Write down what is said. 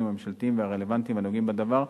הממשלתיים הרלוונטיים הנוגעים בדבר,